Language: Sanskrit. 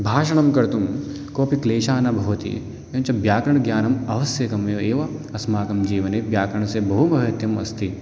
भाषणम् कर्तुं कोऽपि क्लेशः न भवति एवं च व्याकरणं ज्ञानम् आवश्यकम् एवम् एवम् अस्माकं जीवने व्याकरणस्य बहु महत्वम् अस्ति